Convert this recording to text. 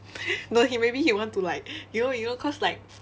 no he maybe he want to like you know you know cause like